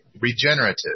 regenerative